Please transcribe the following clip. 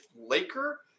Laker